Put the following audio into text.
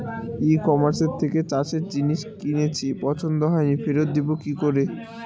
ই কমার্সের থেকে চাষের জিনিস কিনেছি পছন্দ হয়নি ফেরত দেব কী করে?